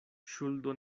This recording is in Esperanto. ŝuldo